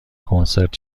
کنسرت